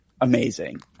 amazing